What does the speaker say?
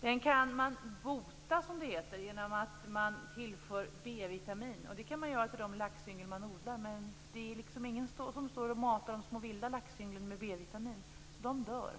Den kan man bota, som det heter, genom att tillföra B-vitamin. Det kan man göra med de laxyngel som man odlar, men det är ingen som matar de vilda laxynglen med B-vitamin, så de dör.